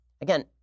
Again